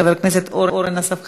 חבר הכנסת אורן אסף חזן,